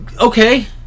okay